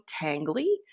tangly